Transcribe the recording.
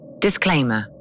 Disclaimer